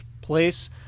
place